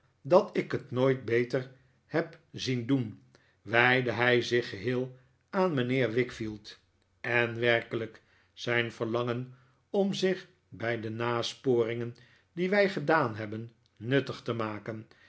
dat ik het nooit beter heb zien doen wijdde hij zich geheel aan mijnheer wickfield en werkelijk zijn verlangen om zich bij de nasporingen die wij gedaan hebben nuttig te maken